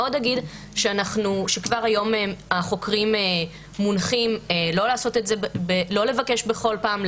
כבר היום החוקרים מונחים לא לבקש בכל פעם,